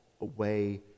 away